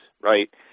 right